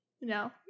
no